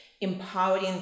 empowering